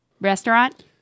restaurant